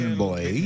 boy